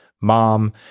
mom